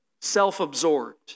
self-absorbed